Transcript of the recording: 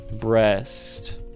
Breast